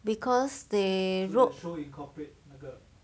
because they wrote